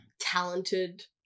talented